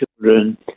children